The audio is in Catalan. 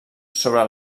sobre